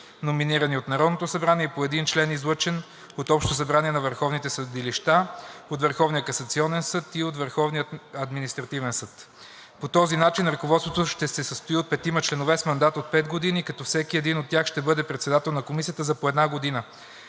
номинирани от Народното събрание и по един член, излъчен от общите събрания на върховните съдилища – от Върховния касационен съд и от Върховния административен съд. По този начин ръководството ще се състои от петима членове с мандат от 5 години, като всеки един от тях ще бъде председател на Комисията за по една година.